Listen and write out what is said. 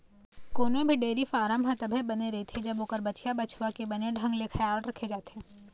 कोनो भी dairy farm ह तभे बने रहिथे जब ओखर बछिया, बछवा के बने ढंग ले खियाल राखे जाथे